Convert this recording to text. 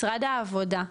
משרד העבודה,